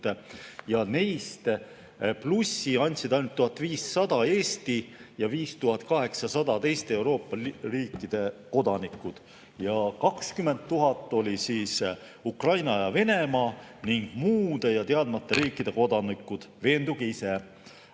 ja neist plussi andsid ainult 1500 Eesti ja 5800 teiste Euroopa Liidu riikide kodanikud ja 20 000 olid Ukraina ja Venemaa ning muude ja teadmata riikide kodanikud. Veenduge ise: